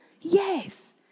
Yes